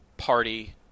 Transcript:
Party